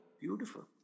Beautiful